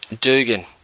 Dugan